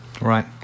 right